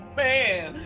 man